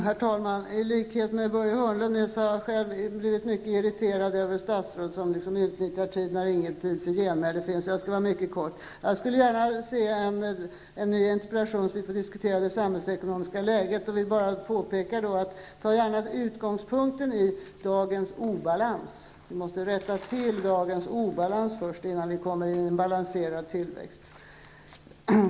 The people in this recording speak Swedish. Herr talman! I likhet med Börje Hörnlund har jag själv blivit mycket irriterad över statsråd som utnyttjar sin taletid när det inte finns någon möjlighet till genmäle. Jag skall därför vara mycket kortfattad. Jag skulle med nöje se en interpellationsdebatt om det samhällsekonomiska läget, gärna med utgångspunkt i dagens obalans. Man måste först rätta till dagens obalans innan vi kan komma in i en balanserad tillväxt.